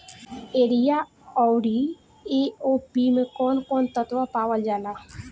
Urea औरी A O P मै कौवन कौवन तत्व पावल जाला?